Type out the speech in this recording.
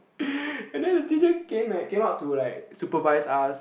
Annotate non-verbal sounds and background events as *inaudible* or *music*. *breath* and then the teacher came leh came out to like supervise us